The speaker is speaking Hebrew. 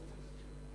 הסייג".